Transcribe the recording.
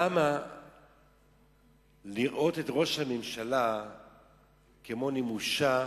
למה לראות את ראש הממשלה כמו נמושה,